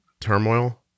turmoil